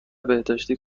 بهداشتی